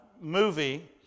movie